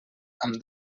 amb